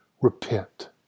repent